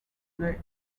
they